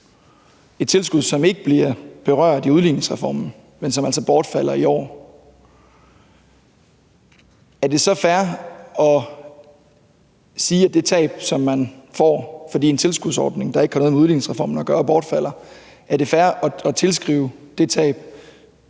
et tilskud, som ikke bliver berørt af udligningsreformen, men som altså bortfalder i år – er det så fair at sige, at det tab, som man får, fordi en tilskudsordning, der ikke har noget med udligningsreformen at gøre, bortfalder, skyldes udligningsreformen,